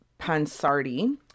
Pansardi